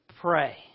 pray